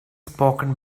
spoken